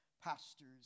pastors